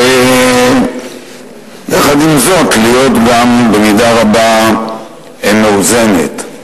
ויחד עם זאת להיות במידה רבה גם מאוזנת.